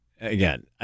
again